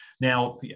Now